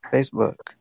Facebook